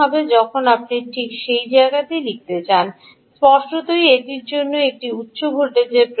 যখন আপনি ঠিক সেই জায়গাতেই লিখতে চান স্পষ্টতই এটির জন্য একটি উচ্চ ভোল্টেজ প্রয়োজন